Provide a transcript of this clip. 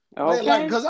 Okay